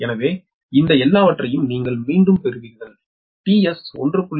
எனவே இந்த எல்லாவற்றையும் நீங்கள் மீண்டும் பெறுவீர்கள் tS 1